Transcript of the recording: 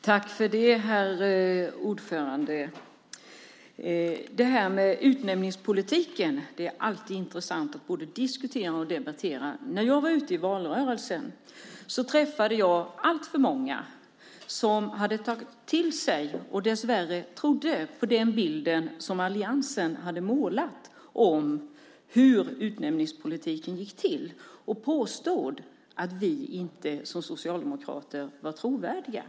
Herr talman! Det är alltid intressant att diskutera och debattera utnämningspolitiken. När jag var ute i valrörelsen träffade jag alltför många som tagit till sig och dessvärre trodde på den bild som alliansen hade målat om hur utnämningspolitiken gick till och påstod att vi som socialdemokrater inte var trovärdiga.